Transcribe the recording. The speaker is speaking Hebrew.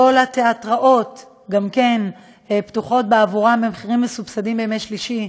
כל התיאטראות גם כן פתוחים בעבורם במחירים מסובסדים בימי שלישי.